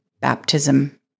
baptism